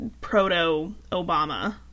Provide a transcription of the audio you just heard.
Proto-Obama